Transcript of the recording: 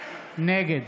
נגד